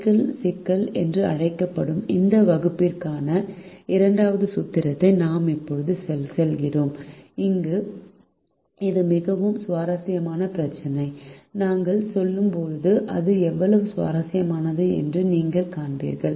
cycle சிக்கல் என்று அழைக்கப்படும் இந்த வகுப்பிற்கான இரண்டாவது சூத்திரத்திற்கு நாம் இப்போது செல்கிறோம் இது மிகவும் சுவாரஸ்யமான பிரச்சினை நாங்கள் செல்லும்போது இது எவ்வளவு சுவாரஸ்யமானது என்பதை நீங்கள் காண்பீர்கள்